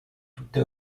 tutta